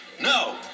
No